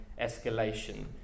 escalation